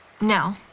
no